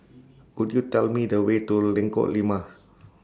Could YOU Tell Me The Way to Lengkok Lima